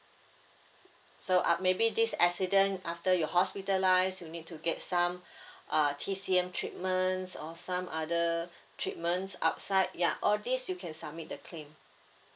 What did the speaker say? so uh maybe this accident after you're hospitalised you need to get some uh T_C_M treatments or some other treatments outside ya all these you can submit the claim